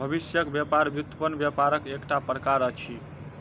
भविष्यक व्यापार व्युत्पन्न व्यापारक एकटा प्रकार अछि